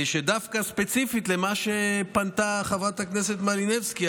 דווקא ספציפית למה שפנתה חברת הכנסת מלינובסקי,